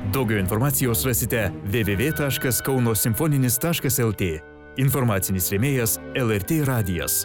daugiau informacijos rasite vė vė vė taškas kauno simfoninis taškas lt informacinis rėmėjas lrt radijas